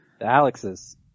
Alex's